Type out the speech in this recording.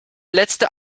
letzte